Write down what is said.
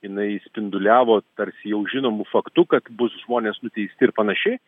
jinai spinduliavo tarsi jau žinomu faktu kad bus žmonės nuteisti ir panašiai